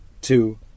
two